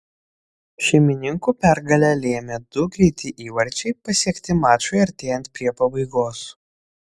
šeimininkų pergalę lėmė du greiti įvarčiai pasiekti mačui artėjant prie pabaigos